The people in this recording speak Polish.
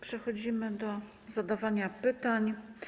Przechodzimy do zadawania pytań.